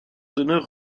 d’honneur